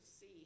see